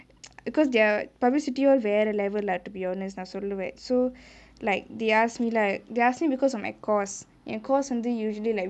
because their publicity all வேற:vera level lah to be honest நா சொல்லுவே:naa solluve so like they asked me lah they ask me because of my course என்:en course வந்து:vanthu usually like